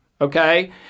okay